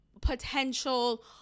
potential